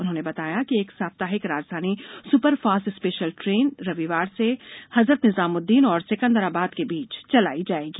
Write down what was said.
उन्होंने बताया कि एक सप्ताहिक राजधानी स्परफास्ट स्पेशल ट्रेन रविवार से हजरत निजामुदीन और सिंकदराबाद के बीच चलाई जाएगी